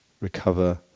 recover